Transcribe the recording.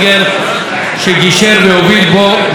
שהוביל וגישר בין משרד התרבות,